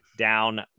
down